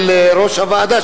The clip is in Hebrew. של יושב-ראש הוועדה,